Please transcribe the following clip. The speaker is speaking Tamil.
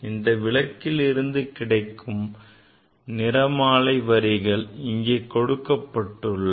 இந்த விளக்கில் இருந்து கிடைக்கும் நிறமாலை வரிகள் இங்கே கொடுக்கப்பட்டுள்ளன